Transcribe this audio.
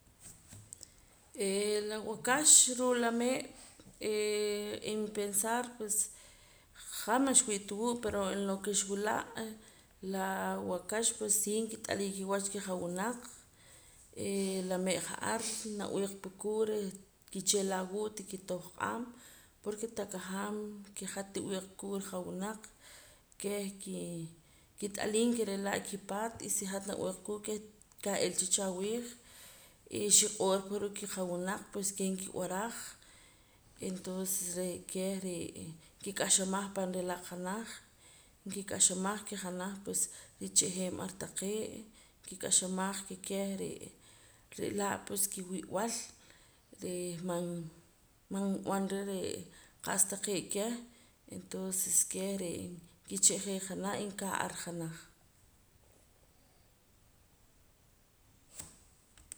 Eeh la wakax ruu' la mee' en mi pensar pues han man xwii'ta wuu' pero en lo ke xwila' la waakax pues si nkit'alii kiwach kijawunaq la mee' ja'ar nawii' pa kuu' reh nkichila awuu' reh tikitohq'aam porque tan kajaam ke hat tib'iiq pa kuu' kijawunaq keh kii kit'aliim ke re' laa' kipaat y si hat nab'iiq pa kuu' keh kah ilacha cha awiij y xi'q'orjapa ruu' kijawunaq pues keh nkib'araj entonces re' keh re'ee nkik'axamaj pan ralaq janaj nkik'axamaj ke janaj pues richa'jeem ar taqee' nkik'axamaj ke keh re' re'laa' pues kiwib'al reh man man nb'anra ree' qa'sa taqee' keh entonces keh re' nkicha'jee janaj y nkaa ar janaj